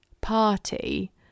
party